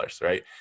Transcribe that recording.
right